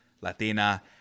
Latina